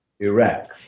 Iraq